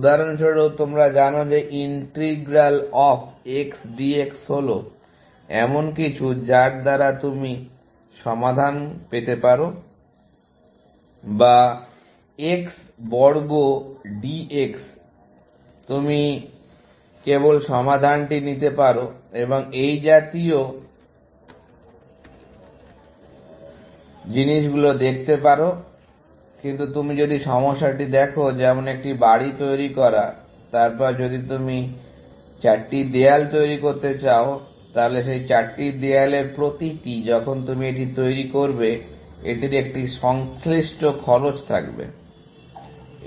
উদাহরণ স্বরূপ তোমরা জানো যে ইন্টিগ্রাল অফ XDX হল এমন কিছু যার দ্বারা তুমি শুধু সমাধান পেতে পারো বা X বর্গ DX তুমি কেবল সমাধানটি নিতে পারো এবং এই জাতীয় জিনিসগুলি নিতে পারো কিন্তু তুমি যদি সমস্যাটি দেখো যেমন একটি বাড়ি তৈরি করা তারপর যদি তুমি 4টি দেয়াল তৈরি করতে চাও তাহলে সেই চারটি দেয়ালের প্রতিটি যখন তুমি এটি তৈরি করবে এটির একটি সংশ্লিষ্ট খরচ থাকবে